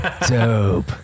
Dope